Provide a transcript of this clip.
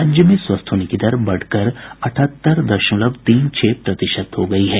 राज्य में स्वस्थ होने की दर बढ़कर अठहत्तर दशमलव तीन छह प्रतिशत हो गयी है